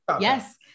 yes